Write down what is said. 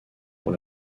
pour